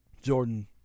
Jordan